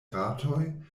ratoj